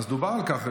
דובר על כך.